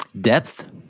depth